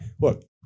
look